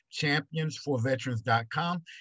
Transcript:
championsforveterans.com